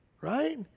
right